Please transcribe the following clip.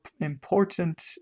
important